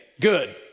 Good